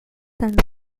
and